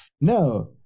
no